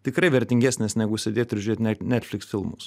tikrai vertingesnis negu sėdėt ir žiūrėt ne netliks filmus